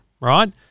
right